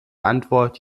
antwort